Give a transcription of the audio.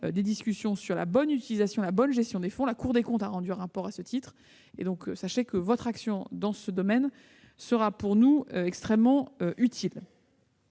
des discussions sur la bonne utilisation et la bonne gestion des fonds. La Cour des comptes a rendu un rapport à ce titre. Sachez que votre action dans ce domaine sera pour nous extrêmement utile.